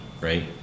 right